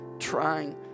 trying